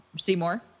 Seymour